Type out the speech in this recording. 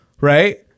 right